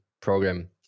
program